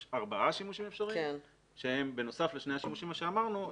יש ארבעה שימושים אפשריים שהם בנוסף לשני השימושים שאמרנו.